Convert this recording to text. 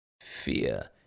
fear